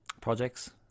projects